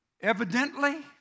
Evidently